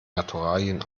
naturalien